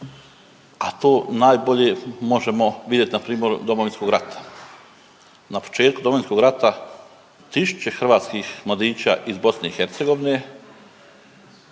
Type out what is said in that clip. a to najbolje možemo vidjeti na primjeru Domovinskog rata. Na početku Domovinskog rata tisuće hrvatskih mladića iz BiH, Hrvata